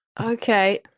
Okay